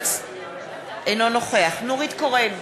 אינו נוכח נורית קורן,